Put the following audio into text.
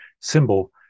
symbol